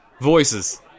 voices